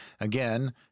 Again